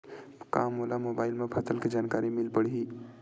का मोला मोबाइल म फसल के जानकारी मिल पढ़ही?